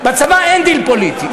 בצבא אין דיל פוליטי.